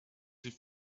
sie